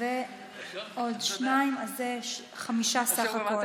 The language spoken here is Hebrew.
ועוד שניים, סך הכול זה חמישה.